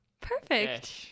perfect